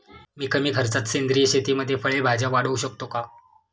मी कमी खर्चात सेंद्रिय शेतीमध्ये फळे भाज्या वाढवू शकतो का?